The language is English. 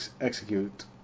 execute